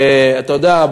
אתה יודע,